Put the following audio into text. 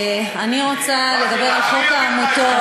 אני רוצה לדבר על חוק העמותות.